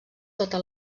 sota